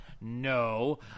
No